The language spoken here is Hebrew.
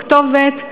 הכתובת,